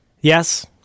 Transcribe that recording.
Yes